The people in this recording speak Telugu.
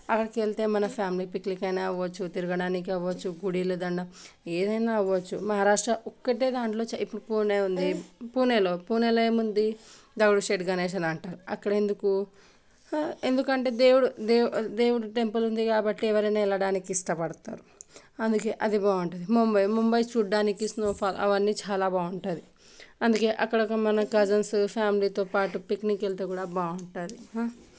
అక్కడికి వెళితే మన ఫ్యామిలీ పిక్నిక్ అయినా అవ్వచ్చు తిరగడానికి అవ్వచ్చు గుడిలో దండం ఏదైనా అవ్వచ్చు మహారాష్ట్ర ఒకటే దాంట్లో ఇప్పుడు పూణే ఉంది పూణేలో పూణేలో ఏముంది దగద్ శేత్ గణేష్ అని అంటారు అక్కడ ఎందుకు ఎందుకంటే దేవుడు దేవుడు దేవుడు టెంపుల్ ఉంది కాబట్టి ఎవరైనా వెళ్ళడానికి ఇష్టపడతారు అందుకే అది బాగుంటుంది ముంబై ముంబై చూడడానికి ఈ స్నో ఫాల్ అవన్నీ చూడడానికి చాలా బాగుంటుంది అందుకే అక్కడ మన కజిన్స్ ఫ్యామిలీస్ ఫ్యామిలీతో పాటు పిక్నిక్ వెళ్తే కూడా బాగుంటుంది